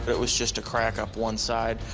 but was just a crack up one side.